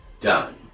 done